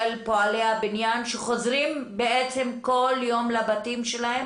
פועלי הבניין שחוזרים בעצם כל יום לבתים שלהם,